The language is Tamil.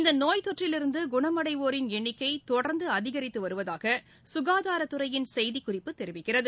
இந்த நோய் தொற்றிலிருந்து குணமடைவோரின் எண்ணிக்கை தொடர்ந்து அதிகரித்து வருவதாக சுகாதாரத் துறையின் செய்திக் குறிப்பு தெரிவிக்கிறது